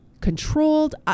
controlled